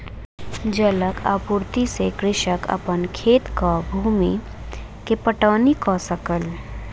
जलक आपूर्ति से कृषक अपन खेतक भूमि के पटौनी कअ सकल